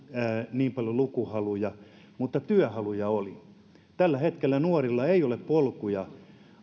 niin paljon lukuhaluja mutta työhaluja oli tällä hetkellä nuorilla ei ole polkuja